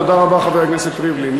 תודה רבה, חבר הכנסת ריבלין.